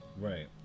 Right